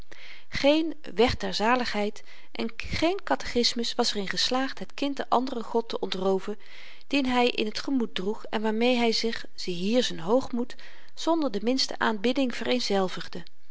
geen weg ter zaligheid en geen katechismus was er in geslaagd het kind den anderen god te ontrooven dien hy in t gemoed droeg en waarmee hy zich ziehier z'n hoogmoed zonder de minste aanbidding vereenzelvigde